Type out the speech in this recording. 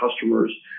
customers